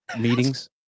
meetings